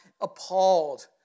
appalled